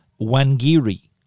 Wangiri